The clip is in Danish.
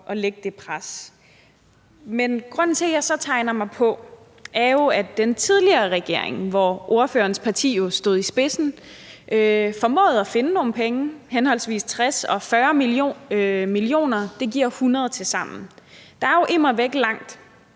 at lægge det pres. Men grunden til, at jeg så tegner mig ind, er, at den tidligere regering, hvor ordførerens parti jo stod i spidsen, formåede at finde nogle penge: henholdsvis 60 mio. kr. og 40 mio. kr. Det giver 100 mio. kr. tilsammen. Der er jo immer væk langt